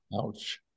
Ouch